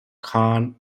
khan